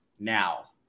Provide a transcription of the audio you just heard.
now